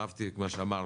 אהבתי את מה שאמרת,